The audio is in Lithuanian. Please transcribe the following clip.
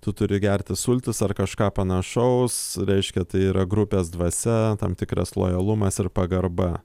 tu turi gerti sultis ar kažką panašaus reiškia tai yra grupės dvasia tam tikras lojalumas ir pagarba